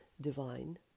divine